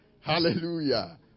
Hallelujah